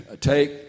take